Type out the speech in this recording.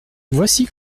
voici